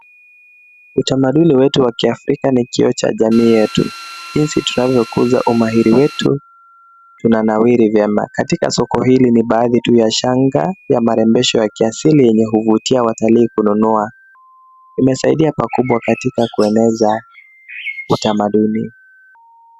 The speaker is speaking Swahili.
Utamaduni wetu wa Kiafrika ni kioo cha jamii yetu. Jinsi tunayokuza umahiri wetu tunanawiri vyema. Katika soko hili ni baadhi tu ya shanga ya marembesho ya kiasili yenye kuvutia watalii kununua. Imesaidia pakubwa katika kueneza utamaduni.